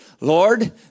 Lord